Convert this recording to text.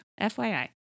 FYI